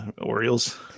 Orioles